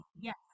yes